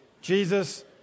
Jesus